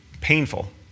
painful